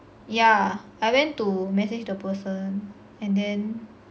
yeah I went to message the person and then